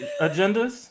agendas